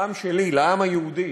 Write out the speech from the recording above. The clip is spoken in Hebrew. לעם שלי, לעם היהודי.